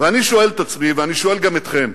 ואני שואל את עצמי, ואני שואל גם אתכם: